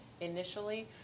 initially